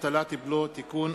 (הטלת בלו) (תיקון),